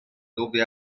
dove